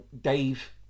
dave